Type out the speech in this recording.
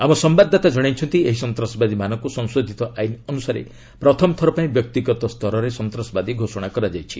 ଆମ ସମ୍ଭାଦଦାତା ଜଣାଇଛନ୍ତି ଏହି ସନ୍ତାସବାଦୀମାନଙ୍କୁ ସଂଶୋଧିତ ଆଇନ୍ ଅନ୍ତସାରେ ପ୍ରଥମ ଥର ପାଇଁ ବ୍ୟକ୍ତିଗତ ସ୍ତରରେ ସନ୍ତାସବାଦୀ ଘୋଷଣା କରାଯାଇଛି